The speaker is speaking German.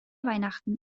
weihnachten